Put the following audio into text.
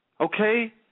Okay